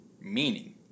meaning